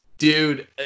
Dude